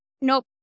Nope